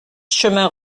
chemin